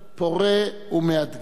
פורה ומאתגר.